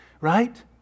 Right